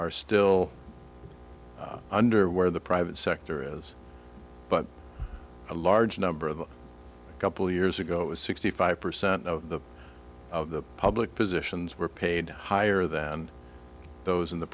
are still under where the private sector is but a large number of a couple years ago a sixty five percent of the of the public positions were paid higher than those in the